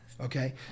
Okay